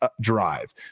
drive